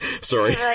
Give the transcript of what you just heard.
Sorry